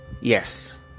Yes